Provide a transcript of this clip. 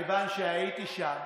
מכיוון שהייתי שם,